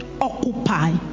Occupy